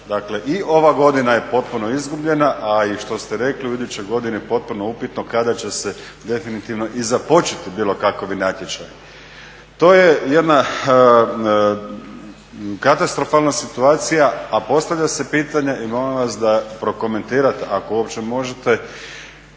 Dakle, i ova godina je potpuno izgubljena, a i što ste rekli u idućoj godini potpuno je upitno kada će se definitivno i započeti bilokakvi natječaji. To je jedna katastrofalna situacija a postavlja se pitanje i molim vas da prokomentirate, ako uopće možete